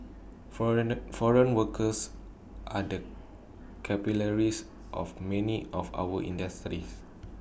foreigner foreign workers are the capillaries of many of our industries